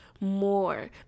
more